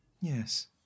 Yes